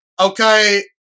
Okay